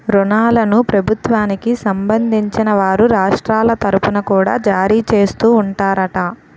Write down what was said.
ఋణాలను ప్రభుత్వానికి సంబంధించిన వారు రాష్ట్రాల తరుపున కూడా జారీ చేస్తూ ఉంటారట